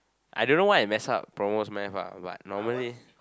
I don't know why I mess up promo mass normally